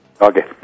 Okay